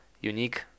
unique